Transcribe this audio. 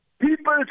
people